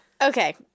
Okay